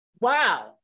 Wow